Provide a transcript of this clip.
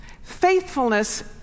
Faithfulness